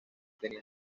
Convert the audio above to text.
tenía